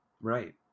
Right